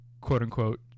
quote-unquote